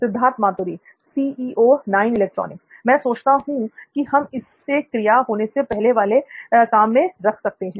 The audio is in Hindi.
सिद्धार्थ मातुरी मैं सोचता हूं कि हम इसे क्रिया होने से पहले वाले काम में रख सकते हैं